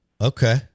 Okay